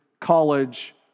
college